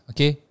Okay